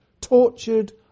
tortured